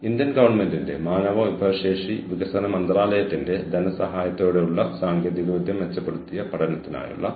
തന്ത്രപരമായ സംരംഭം എന്നാൽ മറ്റൊന്നുമല്ല ഒരു സ്ഥാപനം മത്സരിക്കുന്ന വ്യവസായങ്ങളിൽ തന്ത്രപരമായ പെരുമാറ്റത്തിന്റെ നിയന്ത്രണം പിടിച്ചെടുക്കാനുള്ള കഴിവാണ്